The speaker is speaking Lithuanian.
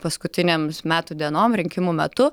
paskutinėm metų dienom rinkimų metu